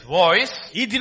voice